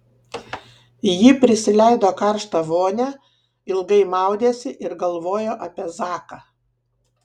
ji prisileido karštą vonią ilgai maudėsi ir galvojo apie zaką